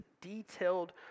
detailed